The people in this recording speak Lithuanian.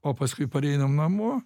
o paskui pareinam namo